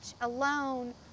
alone